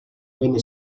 venne